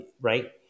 right